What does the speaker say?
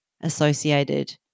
associated